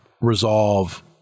resolve